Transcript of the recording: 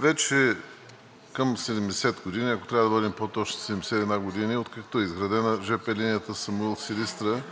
вече към 70 години, ако трябва да бъдем по-точни – 71 години, откакто е изградена жп линията Самуил – Силистра,